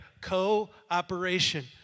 Co-operation